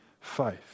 faith